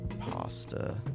pasta